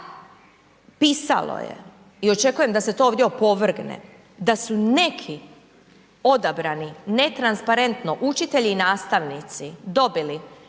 pisalo je i očekujem da se to ovdje opovrgne da su neki odabrani netransparentno učitelji i nastavnici dobili